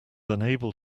unable